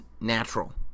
natural